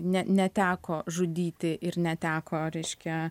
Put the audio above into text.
ne neteko žudyti ir neteko reiškia